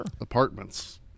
apartments